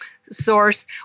source